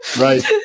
Right